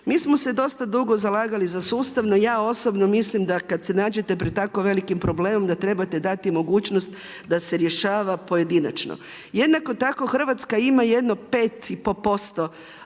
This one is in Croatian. Mi smo se dosta dugo zalagali za sustavno, ja osobno mislim da kada se nađete pred tako velikim problemom da trebate dati mogućnost da se rješava pojedinačno. Jednako tako Hrvatska ima jedno 5,5%